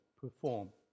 Perform